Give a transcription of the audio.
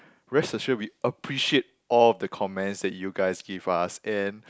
rest assured we appreciate all the comments that you guys give us and